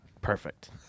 Perfect